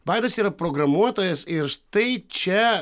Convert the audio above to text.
vaidas yra programuotojas ir štai čia